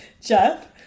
Jeff